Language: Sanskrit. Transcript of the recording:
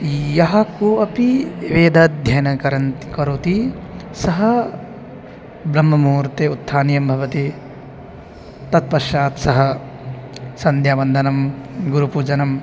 यः को अपि वेदाध्ययनं कुर्वन् करोति सः ब्रह्ममुहूर्ते उत्थानं भवति तत्पश्चात् सः सन्ध्यावन्दनं गुरुपूजनं